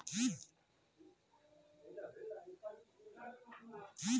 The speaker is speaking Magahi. आइज शाम तक बाइकर पूर्ण भुक्तान करवा ह बे